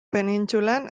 penintsulan